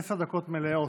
עשר דקות מלאות.